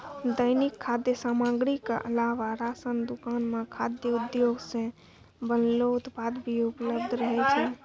दैनिक खाद्य सामग्री क अलावा राशन दुकान म खाद्य उद्योग सें बनलो उत्पाद भी उपलब्ध रहै छै